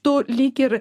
tu lyg ir